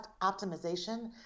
optimization